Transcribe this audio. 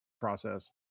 process